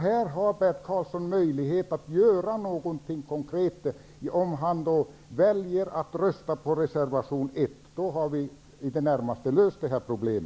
Här har Bert Karlsson möjlighet att göra något konkret om han väljer att rösta på reservation 1. Då har vi i det närmaste löst detta problem.